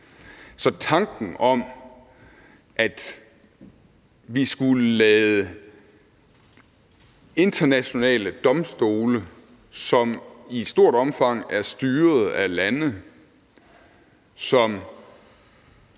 Så tanken om, at vi skulle lade internationale domstole, internationale organer, som i stort omfang er styret af lande, som